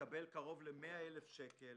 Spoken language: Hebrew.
מקבל קרוב ל-100,000 שקל